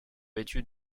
vêtus